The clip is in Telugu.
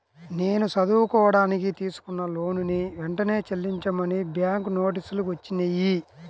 నేను చదువుకోడానికి తీసుకున్న లోనుని వెంటనే చెల్లించమని బ్యాంకు నోటీసులు వచ్చినియ్యి